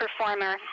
performer